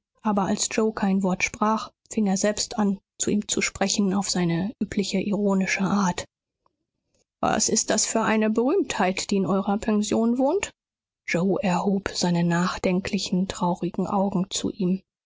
aber als yoe kein wort sprach fing er selbst an zu ihm zu sprechen auf seine übliche ironische art was ist das für eine berühmtheit die in eurer pension wohnt yoe erhob seine nachdenklichen traurigen augen zu ihm